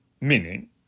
Meaning